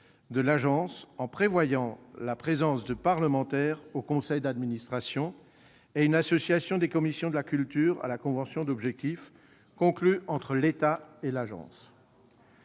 de l'Agence, en prévoyant la présence de parlementaires au conseil d'administration et une association des commissions de la culture à la convention d'objectifs conclue entre l'État et l'Agence.